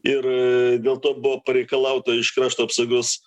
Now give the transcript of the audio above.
ir dėl to buvo pareikalauta iš krašto apsaugos